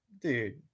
Dude